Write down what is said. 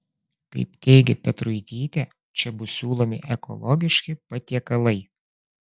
kaip teigė petruitytė čia bus siūlomi ekologiški patiekalai